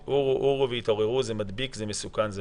"עורו, עורו והתעוררו, זה מדביק וזה מסוכן".